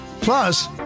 Plus